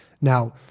Now